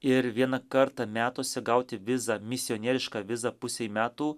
ir vieną kartą metuose gauti vizą misionierišką vizą pusei metų